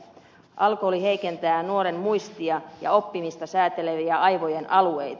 alkoholi heikentää nuoren muistia ja oppimista sääteleviä aivojen alueita